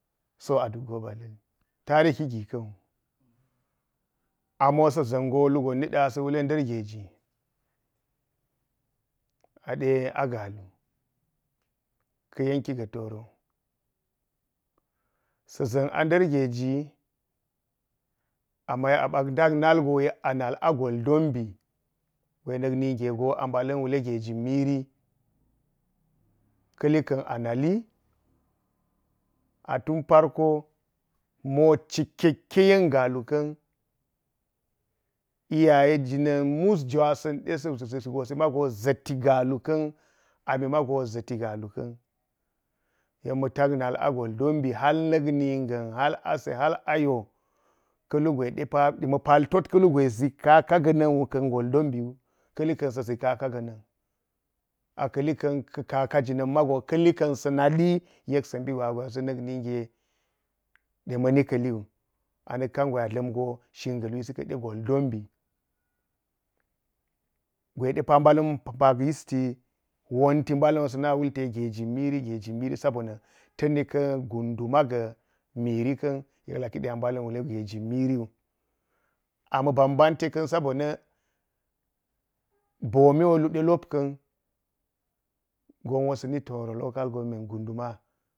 So aduk go ba allami tanhi gi kawu. amo sa ʒa̱n go lu gon niga asa̱ wule nda̱r-geji a de a galu, ka̱ yenki ga̱ toro. Sa ʒan a ndar-geji – ama yek a ma bak nall go yen a da̱n a goldonbi – gwe nak na̱nge go a mbala̱n wule – geji miri ka̱li kan a nali. A tun farko mo cikakken yen galu ka̱n. Iyaye jina̱n mais jwa-sa̱n de sa̱ zisi lo, simago za̱ta galu ka̱ni a mi mago za̱ta galu ka̱n. Yek ma̱ ta̱k nal a goldonbi hal mik na̱nga̱n – hal ase – hal – ayo ka lu gwe ma pal tet kalu gwe zi kaka ga̱na̱n wu ka̱n goldon biwu. Ka̱li ka̱n sa̱ ʒi kaka ga̱na̱n a ka̱li ka̱n ka̱ kaka jina̱n mago ka̱li ka̱n sa̱ nali na̱n ge de ma̱ni ka̱li wu. na̱k ka̱n gwe a dla̱m go shin ga̱ iwishi ka̱de goldonbi – gwe de fa mbala̱n faka ysiti wonti mbalan wo sa̱ na̱ma wulti de geji miri – gejimiri i sa bonna tana ka̱ gunduma ga̱ miri ka̱n yek laki de a mbalan wule de “geji miriwo”. A mu banbante ka̱n sa bonna̱i boo miwo lu delop kari gon wo sa̱ toro – local government gunduma.